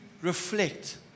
reflect